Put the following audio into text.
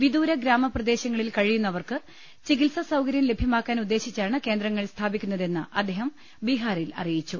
വിദൂര ഗ്രാമ പ്രദേശങ്ങളിൽ കഴിയുന്നവർക്ക് ചികിത്സാ സൌകര്യം ലഭ്യമാക്കാൻ ഉദ്ദേശിച്ചാണ് കേന്ദ്ര ങ്ങൾ സ്ഥാപിക്കുന്നതെന്ന് അദ്ദേഹം ബീഹാറിൽ അറിയിച്ചു